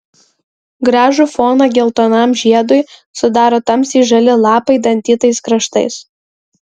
gražų foną geltonam žiedui sudaro tamsiai žali lapai dantytais kraštais